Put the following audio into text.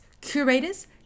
curators